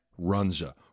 Runza